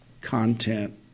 content